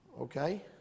Okay